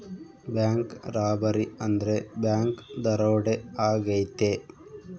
bank robbery ಅಂದ್ರೆ bank ದರೋಡೆ ಆಗೈತೆ